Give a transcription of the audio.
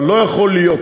אבל לא יכול להיות